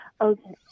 Okay